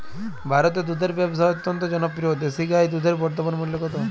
ভারতে দুধের ব্যাবসা অত্যন্ত জনপ্রিয় দেশি গাই দুধের বর্তমান মূল্য কত?